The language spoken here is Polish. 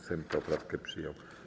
Sejm poprawkę przyjął.